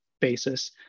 basis